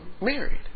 married